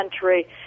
country